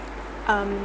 um